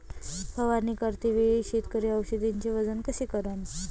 फवारणी करते वेळी शेतकरी औषधचे वजन कस करीन?